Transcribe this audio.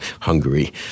Hungary